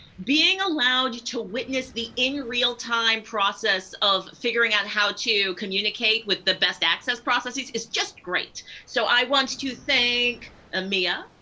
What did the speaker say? being allowed to witness the in real-time process of figuring out how to communicate with the best access processes is just great. so i want to thank ah mia,